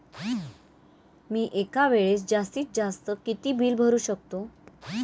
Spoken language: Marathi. मी एका वेळेस जास्तीत जास्त किती बिल भरू शकतो?